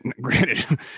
granted